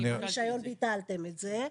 רישיון, ביטלתם את זה.